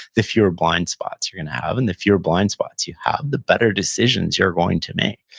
the fewer blind spots you're gonna have and the fewer blind spots you have, the better decisions you're going to make